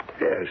Yes